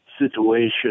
situation